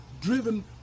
driven